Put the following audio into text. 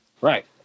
Right